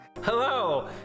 Hello